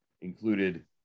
included